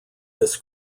this